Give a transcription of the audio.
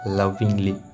lovingly